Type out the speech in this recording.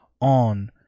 on